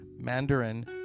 Mandarin